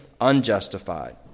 unjustified